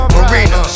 Marina